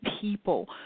people